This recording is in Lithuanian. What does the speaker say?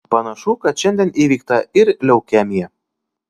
panašu kad šiandien įveikta ir leukemija